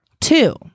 Two